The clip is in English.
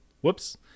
Whoops